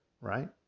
right